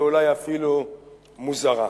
ואולי אפילו מוזרה.